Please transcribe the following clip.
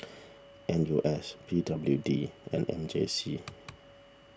N U S P W D and M J C